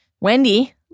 Wendy